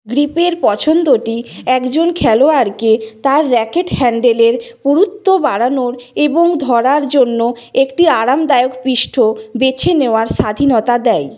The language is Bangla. গ্রিপের পছন্দটি একজন খেলোয়াড়কে তার র্যাকেট হ্যান্ডেলের পুরুত্ব বাড়ানোর এবং ধরার জন্য একটি আরামদায়ক পিষ্ঠ বেছে নেওয়ার স্বাধীনতা দেয়